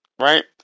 Right